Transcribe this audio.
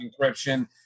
encryption